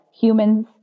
humans